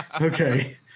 Okay